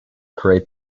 create